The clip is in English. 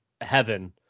heaven